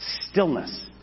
Stillness